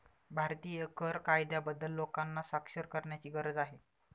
भारतीय कर कायद्याबद्दल लोकांना साक्षर करण्याची गरज आहे